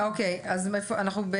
טוב, אנחנו בעיגול.